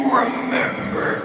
remember